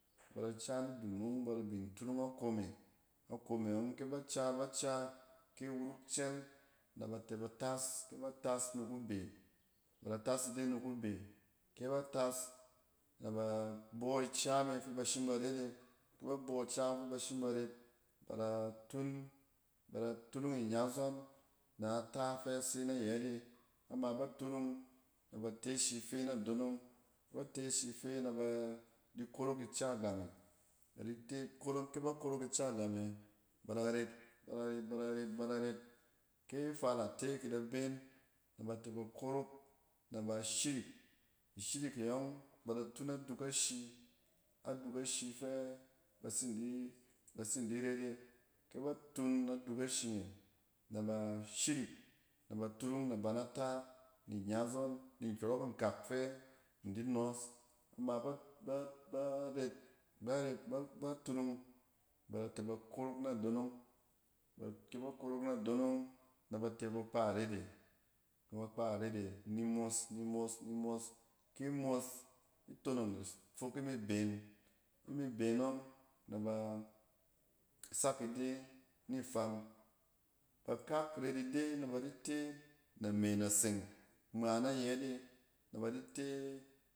Ba da ca ni dung nↄng ba da bin turung akom e. A kom e kyɛ ba c abaca kɛ wuruk cɛl, nɛ ba tɛ bat as, kɛ bat as ni kuse, bada tas ide ni kube, kɛ bat as nɛ ba bↄ ica me fɛ ba shim ba ret e, kɛ ba bↄ ica me fɛ ba shim ba ret, ba da tun, ba da turung iya zↄn nɛ ta fɛ se nayɛt e. Am aba turung, nɛ ba te shi fen a donong, kɛ ba te shi fe, na ba di korok ica gam e. Badi te korok, kɛ ba korok ica gam e ba da ret. Ba da ret, bada ret, ba da ret. Ke a far ate kɛ ada been, nɛ ba da ret. Ke a far ate kɛ ada been nɛ ba tɛ ba korok ba da shirik, whirik e ↄng, ba da tun ashi, a duk ashi fɛ bat sin di, bat sin di et e. kɛ bat un a duk ashi me, nɛ ba shirik, nɛ nɛ ba turung naban nata, ni nya zↄn ni nkyↄrↄk in kak fɛ in di nↄ. A ma baret ba turung, nɛ b tɛ ba kirok na donong ba, kɛ ba korok na donong, nɛ ba tɛ ba kpa ret e, nɛ ba kpa ret e ni imos, ni mos, ni mos. Ki imos, itonong fok imi been. Ki mi been ↄng, nɛ ba sak ide ni fam. Bakak ret ide na bi di te name naseng ngma na yɛt e na ba di te.